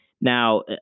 now